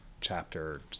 chapter